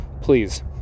Please